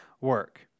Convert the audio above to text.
work